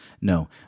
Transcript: No